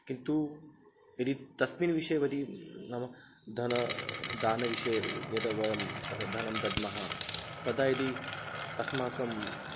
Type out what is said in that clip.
किन्तु यदि तस्मिन् विषये यदि नाम धन दानविषये यद्वयं तत् धनं दद्मः तदा यदि अस्माकं